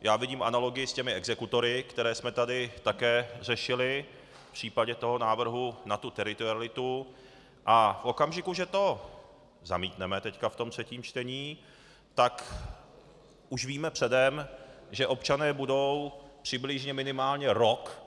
Já vidím analogii s těmi exekutory, které jsme tady také řešili v případě toho návrhu na tu teritorialitu a v okamžiku, že to zamítneme teď ve třetím čtení, tak už víme předem, že občané budou přibližně minimálně rok,